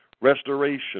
restoration